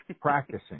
practicing